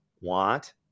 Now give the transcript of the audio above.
want